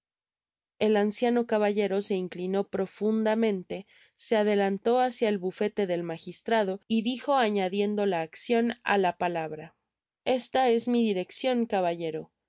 el anciano caballero se inclinó profundamente se adelantó hácia el bufete del magistrado y dijo añadiendo la accion á la palabra esta es mi direccion caballero